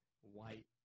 White